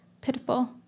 pitiful